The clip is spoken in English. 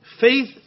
faith